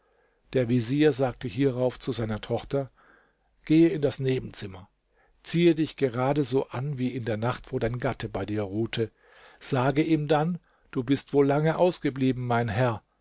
der vezier sagte hierauf zu seiner tochter gehe in das nebenzimmer ziehe dich gerade so an wie in der nacht wo dein gatte bei dir ruhte sage ihm dann du bist wohl lange ausgeblieben mein herr